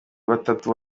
batatu